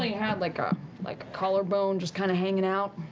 had like a like collarbone just kind of hanging out.